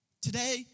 Today